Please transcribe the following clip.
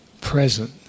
present